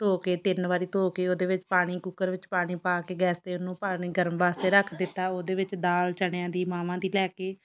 ਧੋ ਕੇ ਤਿੰਨ ਵਾਰੀ ਧੋ ਕੇ ਉਹਦੇ ਵਿੱਚ ਪਾਣੀ ਕੁੱਕਰ ਵਿੱਚ ਪਾਣੀ ਪਾ ਕੇ ਗੈਸ 'ਤੇ ਉਹਨੂੰ ਪਾਣੀ ਗਰਮ ਵਾਸਤੇ ਰੱਖ ਦਿੱਤਾ ਉਹਦੇ ਵਿੱਚ ਦਾਲ ਚਣਿਆਂ ਦੀ ਮਹਾਂਵਾਂ ਦੀ ਲੈ ਕੇ